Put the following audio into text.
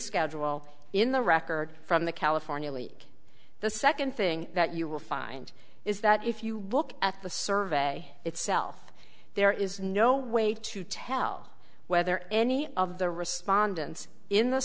schedule in the record from the california week the second thing that you will find is that if you look at the survey itself there is no way to tell whether any of the respondents in the